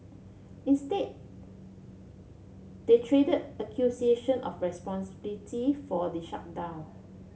instead they traded accusation of responsibility for the shutdown